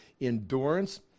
endurance